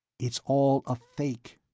it's all a fake!